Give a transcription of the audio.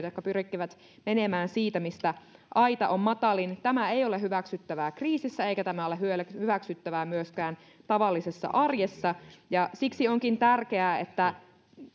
jotka pyrkivät menemään siitä mistä aita on matalin tämä ei ole hyväksyttävää kriisissä eikä tämä ole hyväksyttävää myöskään tavallisessa arjessa siksi onkin tärkeää että